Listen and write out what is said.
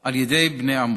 על ידי בני עמו.